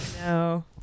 no